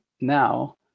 now